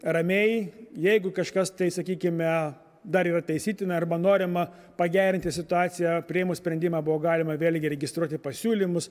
ramiai jeigu kažkas tai sakykime dar yra taisytina arba norima pagerinti situaciją priėmus sprendimą buvo galima vėlgi registruoti pasiūlymus